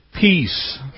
peace